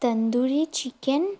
tandoori chicken